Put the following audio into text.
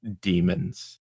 demons